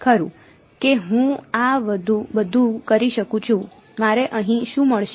ખરું કે હું આ બધું કરી શકું છું મારે અહીં શું મળશે